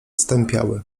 stępiały